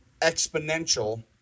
exponential